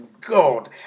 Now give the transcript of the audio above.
God